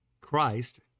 Christ